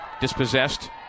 dispossessed